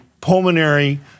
pulmonary